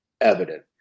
evident